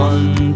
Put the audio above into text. One